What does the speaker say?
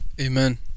Amen